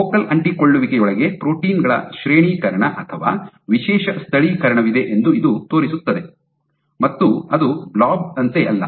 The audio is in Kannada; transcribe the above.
ಫೋಕಲ್ ಅಂಟಿಕೊಳ್ಳುವಿಕೆಯೊಳಗೆ ಪ್ರೋಟೀನ್ ಗಳ ಶ್ರೇಣೀಕರಣ ಅಥವಾ ವಿಶೇಷ ಸ್ಥಳೀಕರಣವಿದೆ ಎಂದು ಇದು ತೋರಿಸುತ್ತದೆ ಮತ್ತು ಅದು ಬ್ಲಾಬ್ ಯಂತೆ ಅಲ್ಲ